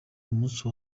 umunsi